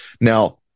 Now